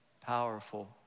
powerful